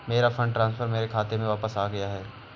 मेरा fund transfer मेरे खाते में वापस आ गया है